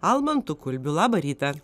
almantu kulbiu labą rytą